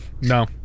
No